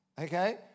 Okay